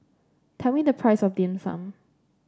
tell me the price of Dim Sum